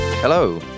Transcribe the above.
Hello